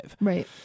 Right